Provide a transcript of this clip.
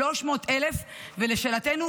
300,000. ולשאלתנו,